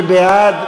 מי בעד?